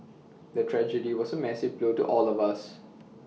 the tragedy was A massive blow to all of us